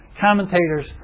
Commentators